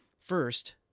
first